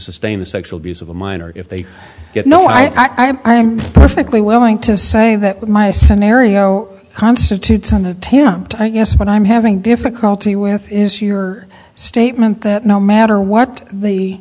sustain the sexual abuse of a minor if they get no i am perfectly willing to say that my scenario constitutes an attempt i guess what i'm having difficulty with is your statement that no matter what the